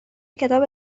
کتاب